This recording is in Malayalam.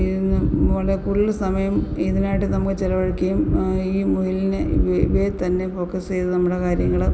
ഇതിന് വളെ ഫുള്ള് സമയം ഇതിനായിട്ട് നമ്മൾ ചിലവഴിക്കുകയും ഈ മുയലിനെ ഇവേ ഇവയെ തന്നെ ഫോക്കസ് ചെയ്ത് നമ്മുടെ കാര്യങ്ങള്